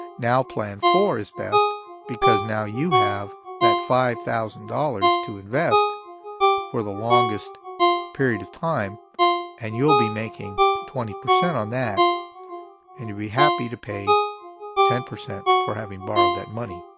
now plan four is best because now you have that five thousand dollars to invest for the longest period of time and you'll be making twenty percent on that and you'll be happy to pay ten percent for having borrowed that money.